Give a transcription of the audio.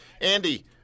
Andy